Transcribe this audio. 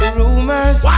rumors